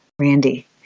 randy